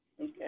Okay